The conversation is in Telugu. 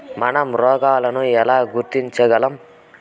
మనం రోగాలను ఎలా గుర్తించగలం?